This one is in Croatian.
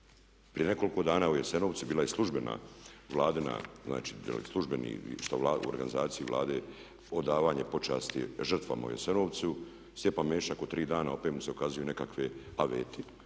Prije nekoliko dana u Jasenovcu bila je službena vladina, znači službeni u organizaciji Vlade odavanje počasti žrtvama u Jasenovcu. Stjepan Mesić ako tri dana, opet mu se ukazuju nekakve aveti